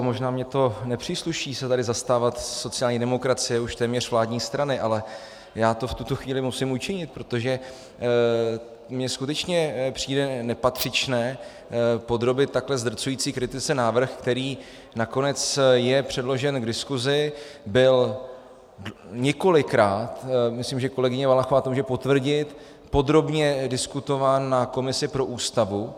Možná mně to nepřísluší se tady zastávat sociální demokracie, už téměř vládní strany, ale já to v tuto chvíli musím učinit, protože mně skutečně přijde nepatřičné podrobit takhle zdrcující kritice návrh, který nakonec je předložen k diskusi, byl několikrát myslím, že kolegyně Valachová to může potvrdit podrobně diskutován na komisi pro Ústavu.